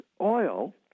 oil